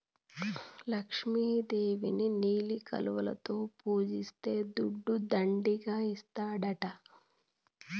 లక్ష్మి దేవిని నీలి కలువలలో పూజిస్తే దుడ్డు దండిగా ఇస్తాడట